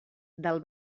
del